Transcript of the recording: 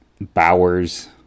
Bowers